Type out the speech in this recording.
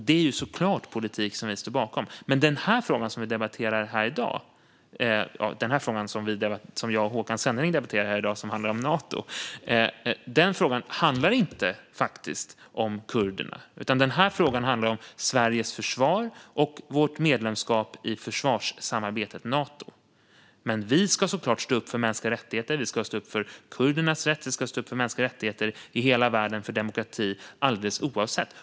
Det är såklart politik som vi står bakom, men frågan som jag och Håkan Svenneling debatterar här i dag - som handlar om Nato - handlar faktiskt inte om kurderna. Den här frågan handlar om Sveriges försvar och vårt medlemskap i försvarssamarbetet Nato. Vi ska stå upp för kurdernas rätt, och vi ska såklart stå upp för mänskliga rättigheter i hela världen och för demokrati alldeles oavsett.